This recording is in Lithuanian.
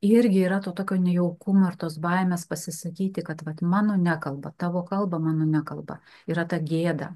irgi yra to tokio nejaukumo ir tos baimės pasisakyti kad vat mano nekalba tavo kalba mano nekalba yra ta gėda